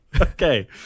Okay